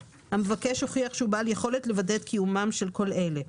המבקש הוכיח שהוא בעל יכולת לוודא את קיומם של כל אלה: